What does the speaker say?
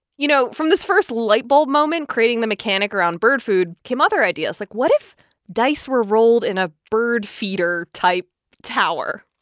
you know, from this first light bulb moment, creating the mechanic around bird food, came other ideas. like, what if dice were rolled in a bird feeder-type tower?